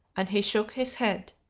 and he shook his head.